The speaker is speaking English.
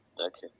Okay